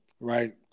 right